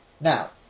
Now